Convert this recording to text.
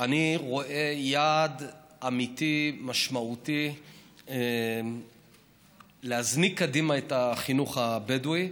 אני רואה יעד אמיתי משמעותי להזניק קדימה את החינוך הבדואי.